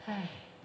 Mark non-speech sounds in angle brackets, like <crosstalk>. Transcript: <noise>